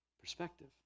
perspective